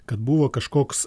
kad buvo kažkoks